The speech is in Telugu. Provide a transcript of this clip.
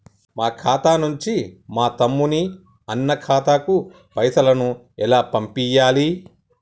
మా ఖాతా నుంచి మా తమ్ముని, అన్న ఖాతాకు పైసలను ఎలా పంపియ్యాలి?